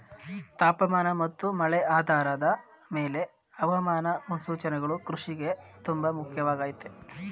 ತಾಪಮಾನ ಮತ್ತು ಮಳೆ ಆಧಾರದ್ ಮೇಲೆ ಹವಾಮಾನ ಮುನ್ಸೂಚನೆಗಳು ಕೃಷಿಗೆ ತುಂಬ ಮುಖ್ಯವಾಗಯ್ತೆ